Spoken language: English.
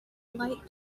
light